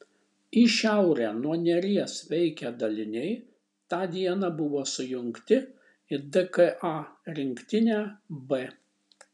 į šiaurę nuo neries veikę daliniai tą dieną buvo sujungti į dka rinktinę b